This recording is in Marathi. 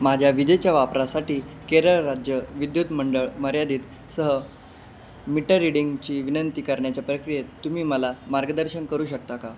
माझ्या विजेच्या वापरासाठी केरळ राज्य विद्युत मंडळ मर्यादित सह मिटर रीडिंगची विनंती करण्याच्या प्रक्रियेत तुम्ही मला मार्गदर्शन करू शकता का